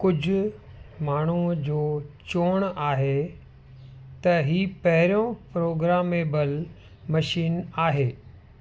कुझु माण्हू जो चवणु आहे त ही पहिरियों प्रोग्रामेबल मशीन आहे